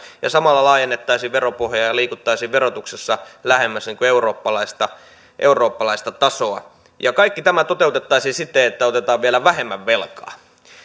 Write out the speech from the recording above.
ja samalla laajennettaisiin veropohjaa ja liikuttaisiin verotuksessa lähemmäs eurooppalaista eurooppalaista tasoa ja kaikki tämä toteutettaisiin siten että otetaan vielä vähemmän velkaa